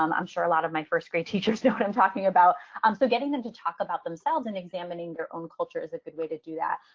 um i'm sure a lot of my first great teachers know what i'm talking about. um so getting them to talk about themselves and examining their own culture is a good way to do that.